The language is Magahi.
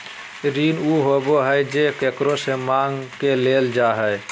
ऋण उ होबा हइ जे केकरो से माँग के लेल जा हइ